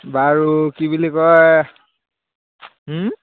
বাৰু কি বুলি কয়